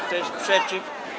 Kto jest przeciw?